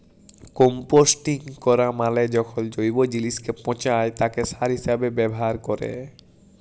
composting ক্যরা মালে যখল জৈব জিলিসকে পঁচায় তাকে সার হিসাবে ব্যাভার ক্যরে